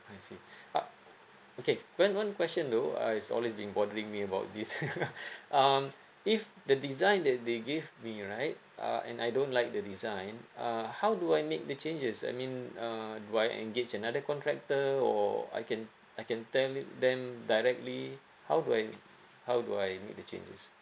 I see ah okay one one question though I is always been bothering me about this um if the design that they gave me right uh and I don't like the design uh how do I make the changes I mean uh do I engage another contractor or I can I can tell it them directly how do I how do I make the changes